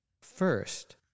First